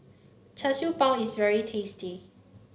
Char Siew Bao is very tasty